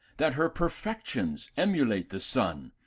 that her perfections emulate the sun,